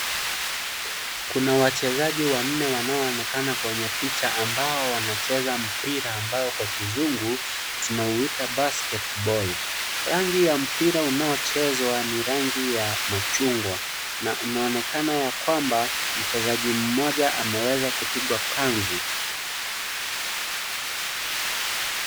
Kuna wachezaji wanne wanaoonekana kwenye picha ambao wanachea inaonekana ya kwamba mchezaji mmoja ameweza kupiwa kanzu